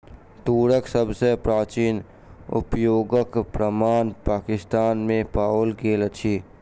तूरक सभ सॅ प्राचीन उपयोगक प्रमाण पाकिस्तान में पाओल गेल अछि